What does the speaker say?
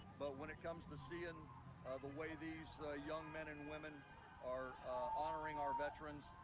but when it comes to seeing ah the way these young men and women are honoring our veterans,